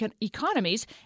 economies